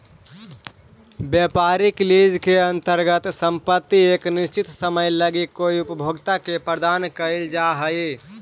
व्यापारिक लीज के अंतर्गत संपत्ति एक निश्चित समय लगी कोई उपभोक्ता के प्रदान कईल जा हई